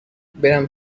برم